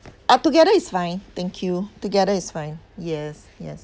ah together is fine thank you together is fine yes yes